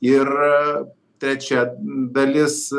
ir trečia dalis